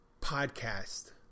podcast